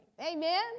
Amen